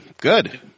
good